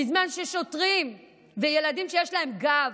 בזמן ששוטרים וילדים שיש להם גב